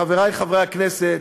חברי חברי הכנסת,